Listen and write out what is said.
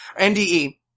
NDE